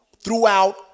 throughout